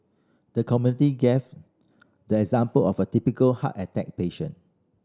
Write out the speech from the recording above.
the committee gave the example of a typical heart attack patient